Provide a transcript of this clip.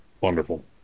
wonderful